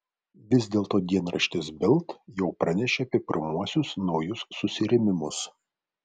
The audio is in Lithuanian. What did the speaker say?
vis dėlto dienraštis bild jau pranešė apie pirmuosius naujus susirėmimus